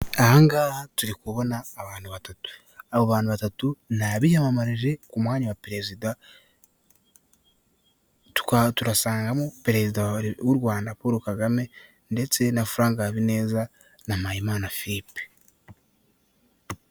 Aga nhaga turi kuhabona abantu batatu, abo bantu batatu ni abiyamamarije ku mwanya wa perezida. Turasangampo perezida w'urwanda polo kagame, ndetse na furanke Haabineza na Mpayimana firipe.